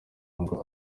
ngo